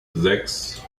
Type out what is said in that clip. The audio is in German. sechs